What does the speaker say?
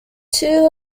two